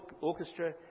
orchestra